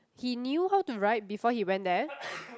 he knew how to ride before he went there